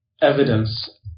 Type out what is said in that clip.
evidence